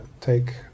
take